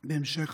בהמשך,